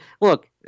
Look